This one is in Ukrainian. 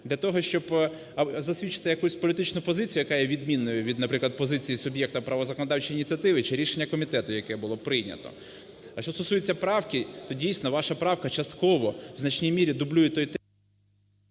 для того, щоб засвідчити якусь політичну позицію, яка є відмінною від, наприклад, позиції суб'єкта права законодавчої ініціативи, чи рішення комітету, яке було прийнято. А що стосується правки, то, дійсно, ваша правка частково, в значній мірі дублює той…